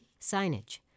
Signage